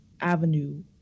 avenue